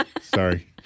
sorry